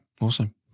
Awesome